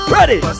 Ready